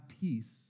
peace